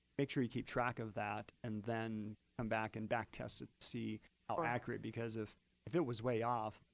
make sure you keep track of that and then come back and back test it to see how accurate. because if if it was way off,